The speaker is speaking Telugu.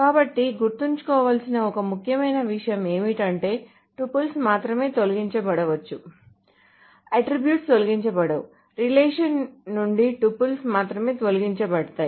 కాబట్టి గుర్తుంచుకోవలసిన ఒక ముఖ్యమైన విషయం ఏమిటంటే టపుల్స్ మాత్రమే తొలగించబడవచ్చు అట్ట్రిబ్యూట్స్ తొలగించబడవు రిలేషన్ నుండి టపుల్స్ మాత్రమే తొలగించబడతాయి